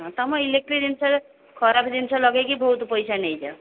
ହଁ ତୁମ ଇଲେକ୍ଟ୍ରି ଜିନିଷରେ ଖରାପ ଜିନିଷ ଲଗେଇକି ବହୁତ ପଇସା ନେଇଯାଅ